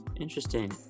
Interesting